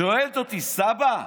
שואלת אותי: סבא,